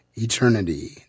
eternity